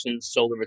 solar